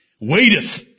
waiteth